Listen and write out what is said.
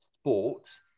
sport